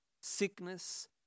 sickness